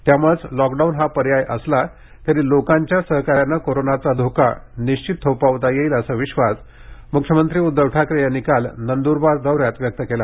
त्यामुळेच lockdown हा पर्याय असला तरी लोकांच्या सहकार्यानं कोरोनाचा धोका निश्चित थोपवता येईल असा विश्वास मुख्यमंत्री उद्धव ठाकरे यांनी काल नंदूरबार दौऱ्यात व्यक्त केला